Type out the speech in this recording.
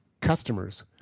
customers